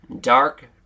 dark